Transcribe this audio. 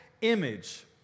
image